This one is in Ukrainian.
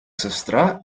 сестра